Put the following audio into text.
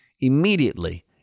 Immediately